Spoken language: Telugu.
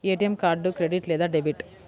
ఏ.టీ.ఎం కార్డు క్రెడిట్ లేదా డెబిట్?